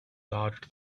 dodged